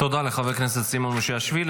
תודה לחבר הכנסת סימון מושיאשוילי.